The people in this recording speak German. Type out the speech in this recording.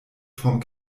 vom